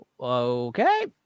Okay